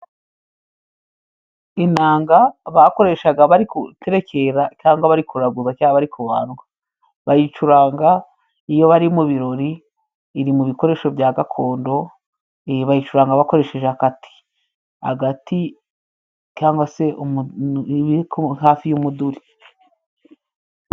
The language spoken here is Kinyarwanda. Inanga bakoreshaga bari guterekera, cyangwa bari kuraguza, cyangwa bari kubandwa. Bayicuranga iyo bari mu birori. Iri mu bikoresho bya gakondo, iyi bayicuranga bakoresheje agati, agati cyangwa se iba iri hafi y'umuduri.